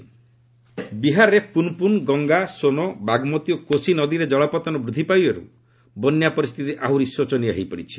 ବିହାର ରେନ୍ ବିହାରରେ ପୁନ୍ପୁନ୍ ଗଙ୍ଗା ସୋନ୍ ବାଗ୍ମତୀ ଓ କୋଶି ନଦୀରେ ଜଳପତନ ବୃଦ୍ଧି ପାଇବାରୁ ବନ୍ୟା ପରିସ୍ଥିତି ଆହୁରି ଶୋଚନୀୟ ହୋଇପଡ଼ିଛି